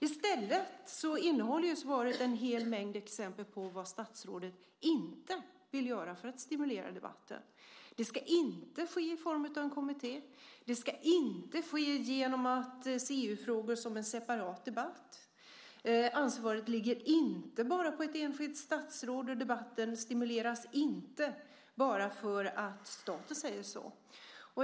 I stället innehåller svaret en hel mängd exempel på vad statsrådet inte vill göra för att stimulera debatten. Det ska inte ske i form av en kommitté. Det ska inte ske genom att se EU-frågor som en separat debatt. Ansvaret ligger inte bara på ett enskilt statsråd, och debatten stimuleras inte bara för att staten säger så.